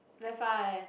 very far eh